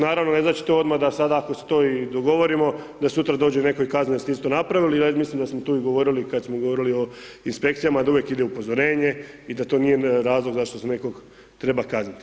Naravno, ne znači to odmah da sad ako se to i dogovorimo da sutra dođe netko i kazne .../nerazumljivo/... napravili, mislim da smo tu i govorili kad smo govorili o inspekcijama, da uvijek ide upozorenje i da to nije razlog zašto se nekog treba kazniti.